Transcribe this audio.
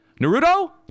Naruto